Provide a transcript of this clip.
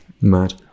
Mad